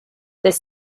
this